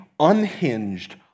unhinged